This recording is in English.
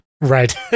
right